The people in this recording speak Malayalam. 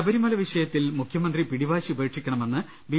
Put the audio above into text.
ശബരിമല വിഷയത്തിൽ മുഖ്യമന്ത്രി പിടിവാശി ഉപേക്ഷിക്കണമെന്ന് ബി